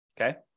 Okay